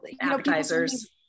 Appetizers